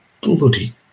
bloody